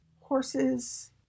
horses